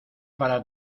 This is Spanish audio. para